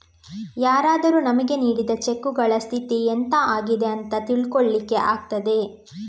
ಯಾರಾದರೂ ನಮಿಗೆ ನೀಡಿದ ಚೆಕ್ಕುಗಳ ಸ್ಥಿತಿ ಎಂತ ಆಗಿದೆ ಅಂತ ತಿಳ್ಕೊಳ್ಳಿಕ್ಕೆ ಆಗ್ತದೆ